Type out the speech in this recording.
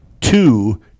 two